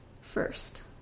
first